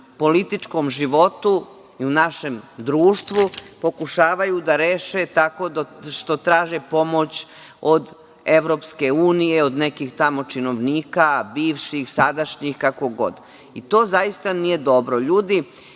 političkom životu i u našem društvu pokušavaju da reše tako što traže pomoć od EU, od nekih tamo činovnika, bivših, sadašnjih, kako god. To zaista nije dobro. Ljudi,